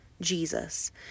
Jesus